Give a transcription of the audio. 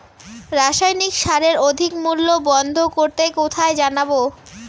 রাসায়নিক সারের অধিক মূল্য বন্ধ করতে কোথায় জানাবো?